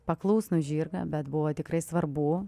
paklusnų žirgą bet buvo tikrai svarbu